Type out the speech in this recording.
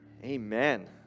Amen